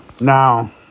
Now